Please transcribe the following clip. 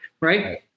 Right